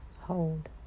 hold